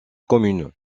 commune